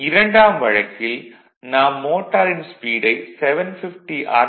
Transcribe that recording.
இரண்டாம் வழக்கில் நாம் மோட்டாரின் ஸ்பீடை 750 ஆர்